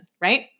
right